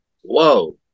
whoa